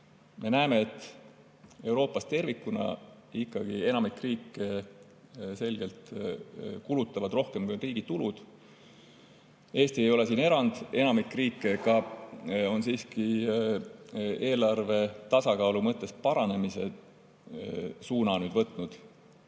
Me näeme, et Euroopas tervikuna ikkagi enamik riike selgelt kulutab rohkem, kui on riigi tulud. Eesti ei ole siin erand. Enamik riike aga on siiski eelarve tasakaalu mõttes paranemise suuna võtnud.